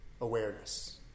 awareness